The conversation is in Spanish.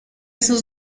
sus